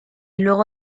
luego